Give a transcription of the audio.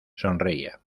sonreía